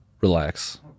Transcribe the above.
Relax